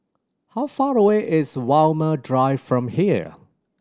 how far away is Walmer Drive from here